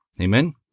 Amen